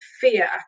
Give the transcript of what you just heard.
fear